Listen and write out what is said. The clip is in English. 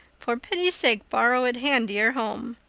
for pity's sake borrow it handier home.